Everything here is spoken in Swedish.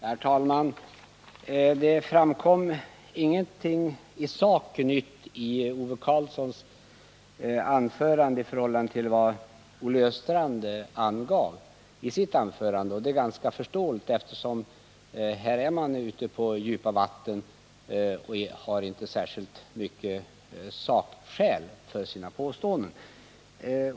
Herr talman! Det framkom ingenting isak nytt i Ove Karlssons anförande, i förhållande till vad Olle Östrand angav i sitt anförande. Att så var fallet var också ganska förståeligt, eftersom talarna var ute på djupa vatten och inte hade särskilt mycket av sakskäl att anföra för sina påståenden.